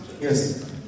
Yes